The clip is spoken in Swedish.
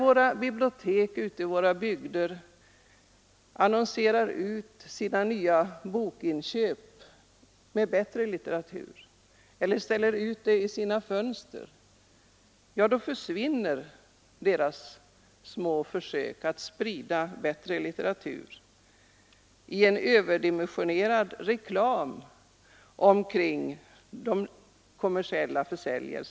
När biblioteken ute i våra bygder annonserar ut sina nyförvärv av bättre litteratur eller ställer ut nyinköpta böcker i sina fönster drunknar deras små försök att sprida bättre litteratur i den överdimensionerade reklamen för det kommersiella utbudet.